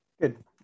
Good